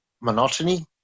monotony